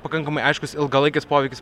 pakankamai aiškus ilgalaikis poveikis